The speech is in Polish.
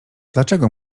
dlaczego